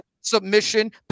Submission